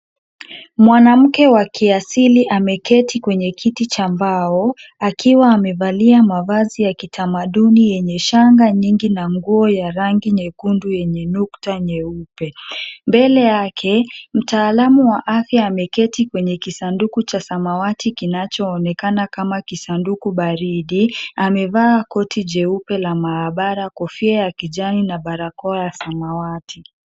Mwanamke wa kiasili ameketi kwenye kiti cha mbao, akiwa amevalia mavazi ya kitamaduni yenye shanga nyingi na nguo ya rangi nyekundu yenye nukta nyeupe. Mbele yake, mtaalamu wa afya ameketi kwenye kisanduku cha samawati kinachoonekana kama kisanduku baridi, amevaa koti jeupe la maabara, kofia ya kijani na barakoa ya samawati.